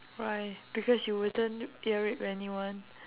why because you wouldn't ear rape anyone